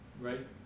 right